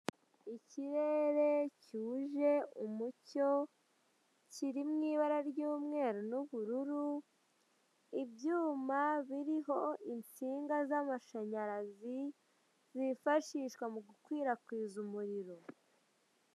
Ikirere cyuje umucyo kirimo ibara ry'umweru n'ubururu, ibyuma biriho insinga z'amashanyarazi zifashishwa mu gukwirakwiza umuriro.